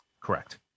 Correct